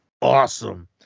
awesome